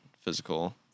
physical